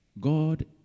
God